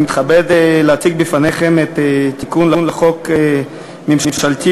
אני מתכבד להציג בפניכם את הצעת החוק הממשלתית,